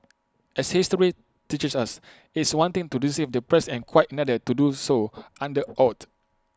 as history teaches us its one thing to deceive the press and quite another to do so under oath